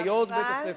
אחיות בית-ספר.